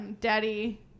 Daddy